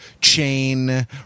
chain